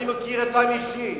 אני מכיר אותם אישית: